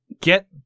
Get